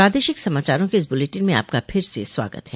प्रादेशिक समाचारों के इस बुलेटिन में आपका फिर से स्वागत है